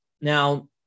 Now